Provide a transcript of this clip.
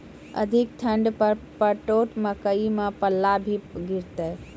अधिक ठंड पर पड़तैत मकई मां पल्ला भी गिरते?